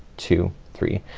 two, three.